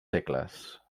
segles